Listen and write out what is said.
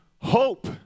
hope